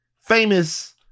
famous